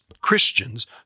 Christians